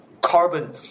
carbon